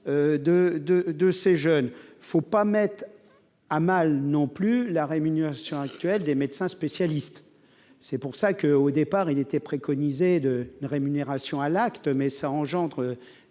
de ces jeunes, il ne faut pas mettre à mal non plus : la rémunération actuelle des médecins spécialistes, c'est pour ça que, au départ il était préconisé de rémunération à l'acte, mais ça engendre